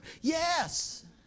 yes